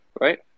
right